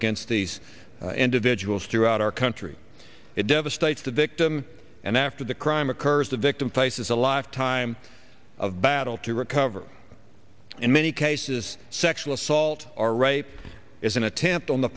against these individuals throughout our country it devastates the victim and after the crime occurs the victim faces a lifetime of battle the recover in many cases sexual assault or rape is an attempt on the